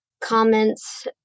comments